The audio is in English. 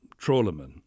trawlermen